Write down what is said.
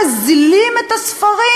מוזילים את הספרים.